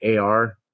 AR